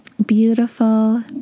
beautiful